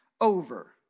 over